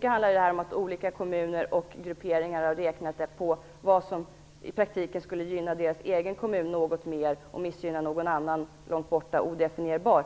Det handlar i stor utsträckning om att olika kommuner och grupperingar har räknat på vad som i praktiken skulle gynna deras egen kommun något mer och missgynna någon annan som är långt borta och oidentifierbar.